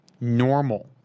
normal